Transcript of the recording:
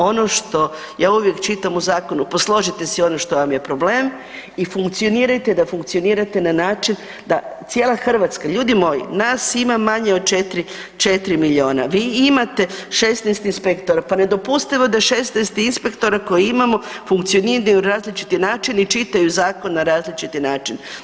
Ono što ja uvijek čitam u zakonu posložite si ono što vam je problem i funkcionirajte da funkcionirate na način da cijela Hrvatska, ljudi moji nas ima manje od 4, 4 miliona, vi imate 16 inspektora, pa nedopustivo je da 16 inspektora koje imamo funkcioniraju na različite načine i čitaju zakon na različiti način.